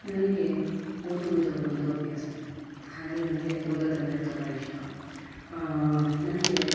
ನನಗೆ ಓದುವುದು ಒಂದು ಅಭ್ಯಾಸ ಹಾಗೇ ನನಗೆ ಓದೋದು ಅಂದರೆ ತುಂಬ ಇಷ್ಟ ನನಗೆ